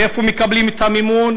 מאיפה הם מקבלים את המימון?